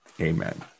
Amen